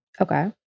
Okay